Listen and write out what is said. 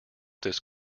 this